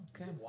Okay